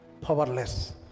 powerless